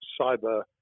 cyber